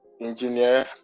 engineer